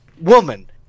woman